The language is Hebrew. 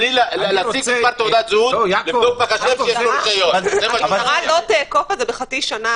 בלי להציג תעודת זהות --- המשטרה לא תאכוף את זה בחצי שנה,